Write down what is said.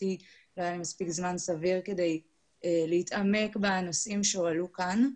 לי מספיק זמן סביר כדי להתעמק בנושאים שהועלו כאן.